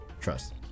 trust